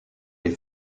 les